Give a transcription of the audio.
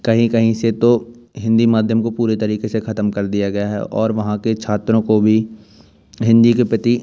कहीं कहीं से तो हिन्दी माध्यम को पूरे तरीक़े से ख़त्म कर दिया गया है और वहाँ के छात्रों को भी हिन्दी के प्रति